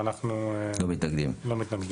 ואנחנו לא מתנגדים.